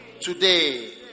Today